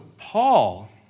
Paul